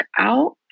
out